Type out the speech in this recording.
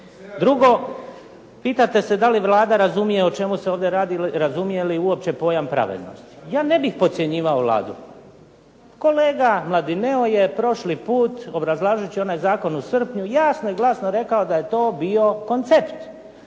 Drugo. Pitate se da li Vlada razumije o čemu se ovdje radi i razumije li uopće pojam pravednosti? Ja ne bih podcjenjivao Vladu. Kolega Mladineo je prošli put obrazlažući onaj zakon u srpnju, jasno i glasno rekao da je to bio koncept.